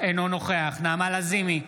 אינו נוכח נעמה לזימי,